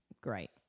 great